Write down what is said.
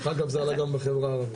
דרך אגב, זה עלה גם בחברה הערבית.